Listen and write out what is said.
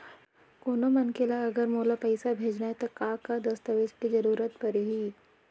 कोनो मनखे ला अगर मोला पइसा भेजना हे ता का का दस्तावेज के जरूरत परही??